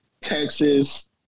Texas